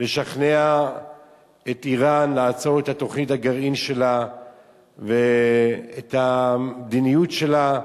לשכנע את אירן לעצור את תוכנית הגרעין שלה ואת המדיניות שלה.